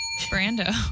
Brando